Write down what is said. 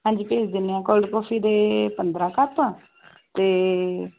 ਹਾਂਜੀ ਭੇਜ ਦਿੰਦੇ ਹਾਂ ਕੋਲਡ ਕੌਫੀ ਦੇ ਪੰਦਰਾਂ ਕੱਪ ਅਤੇ